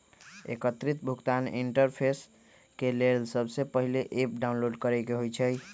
एकीकृत भुगतान इंटरफेस के लेल सबसे पहिले ऐप डाउनलोड करेके होइ छइ